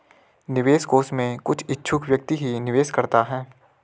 निवेश कोष में कुछ इच्छुक व्यक्ति ही निवेश करता है